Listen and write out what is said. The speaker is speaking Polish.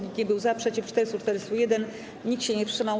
Nikt nie był za, przeciw - 441, nikt się nie wstrzymał.